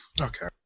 Okay